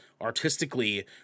artistically